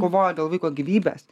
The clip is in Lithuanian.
kovoja dėl vaiko gyvybės